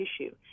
tissue